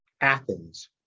Athens